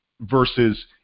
versus